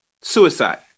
suicide